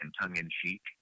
tongue-in-cheek